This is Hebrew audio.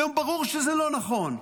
היום ברור שזה לא נכון.